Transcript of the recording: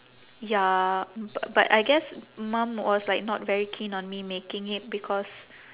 ya b~ but I guess mum was like not very keen on me making it because